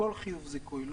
כל חיוב-זיכוי,